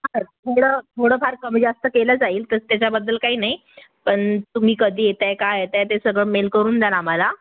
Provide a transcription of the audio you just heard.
हां थोडं थोडंफार कमी जास्त केलं जाईल तस् त्याच्याबद्दल काही नाही पण तुम्ही कधी येताय का येताय ते सर्व मेल करून द्याल आम्हाला